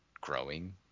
growing